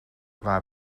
waar